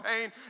pain